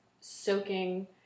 soaking